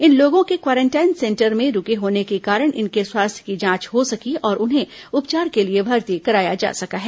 इन लोगो के quarantine centre में रुके होने के कारण इनके स्वास्थ्य की जांच हो सकी और उन्हें उपचार के लिए भर्ती कराया जा सका है